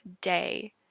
day